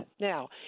Now